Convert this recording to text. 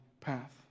path